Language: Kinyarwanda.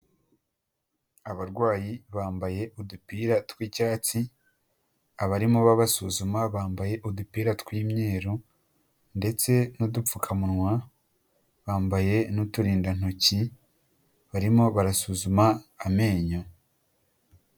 Abarwayi bambaye udupira tw'icyatsi abarimo babasuzuma bambaye udupira tw'imyeru ndetse n'udupfukamunwa bambaye n'uturindantoki barimo barasuzuma amenyo.